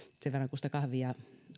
sikäli kuin sitä kahvia